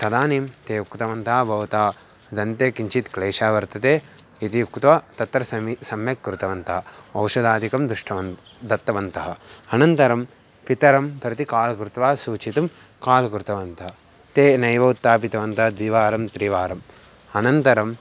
तदानीं ते उक्तवन्तः भवता दन्ते किञ्चित् क्लेशः वर्तते इति उक्त्वा तत्र समि सम्यक् कृतवन्तः औषधादिकं दृष्टवान् दत्तवन्तः अनन्तरं पितरं प्रति काळ् कृत्वा सूचयितुं काल् कृतवन्तः ते नैव उत्थापितवन्तः द्विवारं त्रिवारम् अनन्तरं